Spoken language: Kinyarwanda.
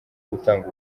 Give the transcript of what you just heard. gutanga